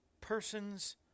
person's